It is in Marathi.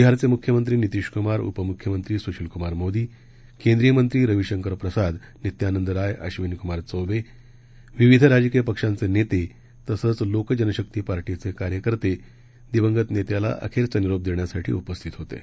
बिहारचे मुख्यमंत्री नितिश कुमार उपमुख्यमंत्री सुशील कुमार मोदी केंद्रीय मंत्री रवीशंकर प्रसाद नित्यानंद राय अश्वीनी कुमार चौबे विविध राजकीय पक्षांचे नेते तंसच लोकजनशक्ती पार्टीचे कार्यकर्ते दिवंगत नेत्याला अखेरचा निरोप देण्यासाठी उपस्थित होते